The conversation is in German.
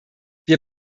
wir